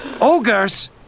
Ogres